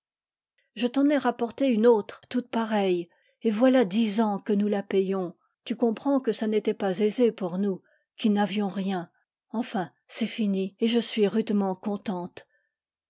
je t'en ai rapporté une autre toute pareille et voilà dix ans que nous la payons tu comprends que ça n'était pas aisé pour nous qui n'avions rien enfin c'est fini et je suis rudement contente